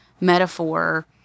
metaphor